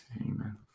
Amen